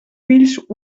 fills